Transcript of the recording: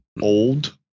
Old